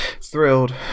thrilled